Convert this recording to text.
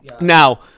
Now